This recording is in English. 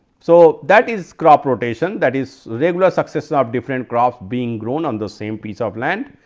so, that is crop rotation that is regular succession of different crops being grown on the same piece of land.